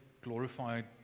glorified